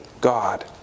God